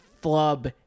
flub